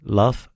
love